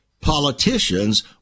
politicians